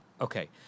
Okay